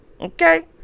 Okay